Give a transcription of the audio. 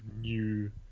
new